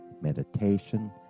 meditation